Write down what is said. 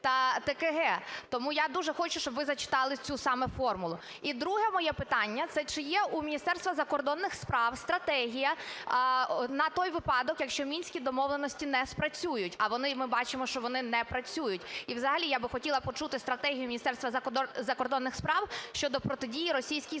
ТКГ. Тому я дуже хочу, щоб ви зачитали цю саме "формулу". І друге моє питання – це, чи є у Міністерства закордонних справ стратегія на той випадок, якщо Мінські домовленості не спрацюють? А вони, ми бачимо, що вони не працюють. І взагалі я би хотіла почути стратегію Міністерства закордонних справ щодо протидії російській збройній